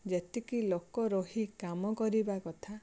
ଯେତିକି ଲୋକ ରହି କାମ କରିବା କଥା